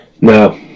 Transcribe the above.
No